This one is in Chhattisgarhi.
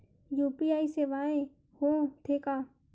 यू.पी.आई सेवाएं हो थे का?